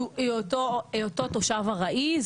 שהיותו תושב ארעי,